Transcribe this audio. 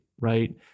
right